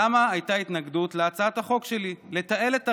למה הייתה התנגדות להצעת החוק שלי לתעל את הרווחים?